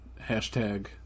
Hashtag